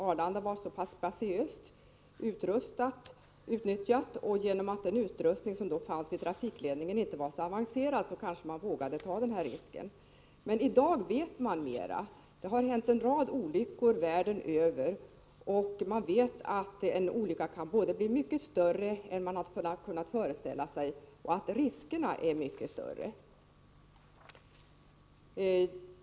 Arlandaområdet var ganska spatiöst planerat, och eftersom den utrustning som då fanns i trafikledningsbyggnaden inte var så avancerad vågade man kanske ta de här riskerna. I dag vet man mera. Det har hänt en rad olyckor världen över, och man vet att en olycka kan bli mycket mer omfattande än man tidigare kunnat föreställa sig och att riskerna är mycket större.